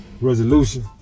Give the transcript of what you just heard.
Resolution